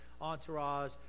entourage